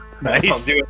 Nice